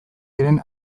diren